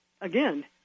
Again